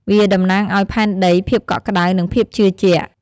វាតំណាងឱ្យផែនដី ភាពកក់ក្តៅ និងភាពជឿជាក់។